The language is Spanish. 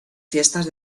fiestas